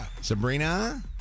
Sabrina